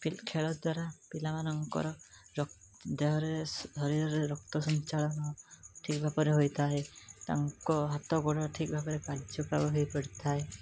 P ଖେଳ ଦ୍ଵାରା ପିଲାମାନଙ୍କର ଦେହରେ ଶରୀରରେ ରକ୍ତ ସଞ୍ଚାଳନ ଠିକ୍ ଭାବରେ ହୋଇଥାଏ ତାଙ୍କ ହାତ ଗୋଡ଼ ଠିକ୍ ଭାବରେ କାର୍ଯ୍ୟ କାଳ ହୋଇପଡ଼ିଥାଏ